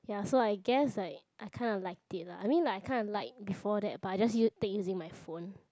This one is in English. ya so I guess like I kind of liked it lah I mean like I kind of like before that but I just use take using my phone